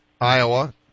Iowa